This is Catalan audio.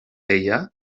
ella